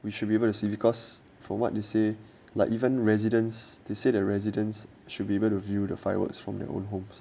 we should be able to see because from what you say like even residents they said the residents should be able to view the fireworks from their own homes